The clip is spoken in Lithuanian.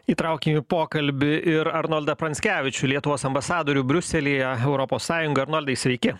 įtraukim į pokalbį ir arnoldą pranckevičių lietuvos ambasadorių briuselyje europos sąjunga arnoldai sveiki